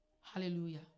Hallelujah